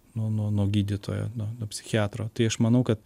nuo nuo gydytojo nuo nuo psichiatro tai aš manau kad